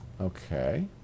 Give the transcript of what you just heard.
Okay